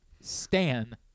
Stan